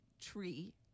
tree